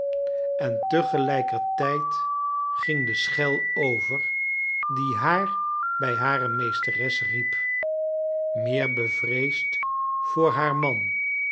en te gelijkertijd ging de schel over die haar bij hare meesteres riep meer bevreesd voor haar man